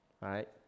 right